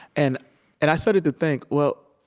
and and i started to think, well,